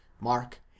mark